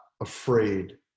afraid